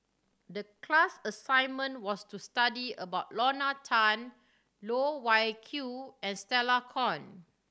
the class assignment was to study about Lorna Tan Loh Wai Kiew and Stella Kon